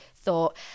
thought